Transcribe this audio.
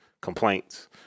complaints